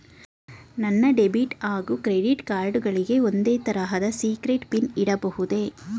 ನನ್ನ ಡೆಬಿಟ್ ಹಾಗೂ credit card ಗಳಿಗೆ ಒಂದೇ ತರಹದ ಸೀಕ್ರೇಟ್ ಪಿನ್ ಇಡಬಹುದೇ?